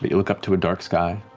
but look up to a dark sky,